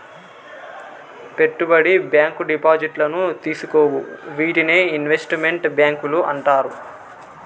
పెట్టుబడి బ్యాంకు డిపాజిట్లను తీసుకోవు వీటినే ఇన్వెస్ట్ మెంట్ బ్యాంకులు అంటారు